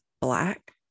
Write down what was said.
black